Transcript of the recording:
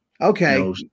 Okay